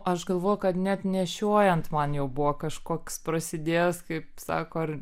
aš galvoju kad net nešiojant man jau buvo kažkoks prasidėjęs kaip sako